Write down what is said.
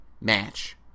match